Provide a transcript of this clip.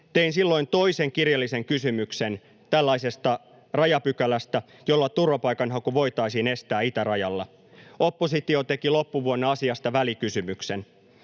Tein silloin toisen kirjallisen kysymyksen tällaisesta rajapykälästä, jolla turvapaikanhaku voitaisiin estää itärajalla. Oppositio teki loppuvuonna asiasta välikysymyksen.